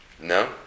No